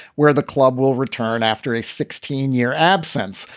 where the club will return after a sixteen year absence.